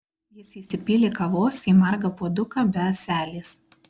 jis įsipylė kavos į margą puoduką be ąselės